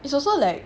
it's also like